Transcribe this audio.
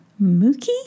Mookie